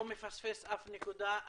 לא מפספס אף נקודה.